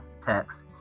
text